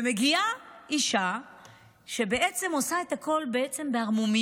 ומגיעה אישה שבעצם עושה את הכול בערמומיות,